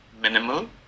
minimal